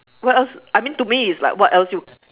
what else I mean to me is like what else you